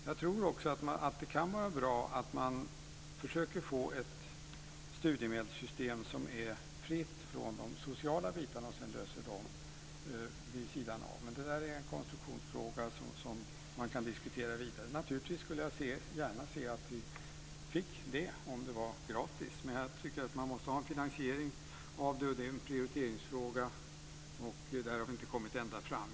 Jag tror också att det kan vara bra att man försöker få ett studiemedelssystem som är fritt från de sociala bitarna och sedan löser dem vid sidan av. Men det är en konstruktionsfråga som man kan diskutera vidare. Naturligtvis skulle jag gärna se att vi fick det här om det var gratis. Men jag tycker att man måste ha en finansiering. Det är en prioriteringsfråga, och där har vi inte kommit ända fram.